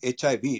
HIV